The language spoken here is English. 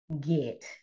get